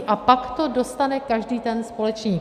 A pak to dostane každý ten společník.